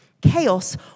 Chaos